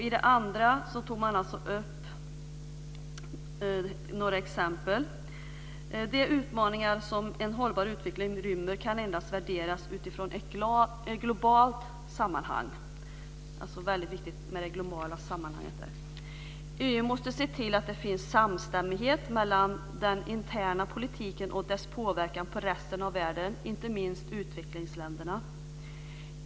I det andra uttalandet tog man upp några exempel på viktiga frågor: De utmaningar som en hållbar utveckling rymmer kan endast värderas utifrån ett globalt sammanhang. Det är alltså mycket viktigt med det globala sammanhanget. EU måste se till att det finns en samstämmighet mellan den interna politiken och dess påverkan på resten av världen, inte minst utvecklingsländerna.